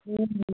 हूँ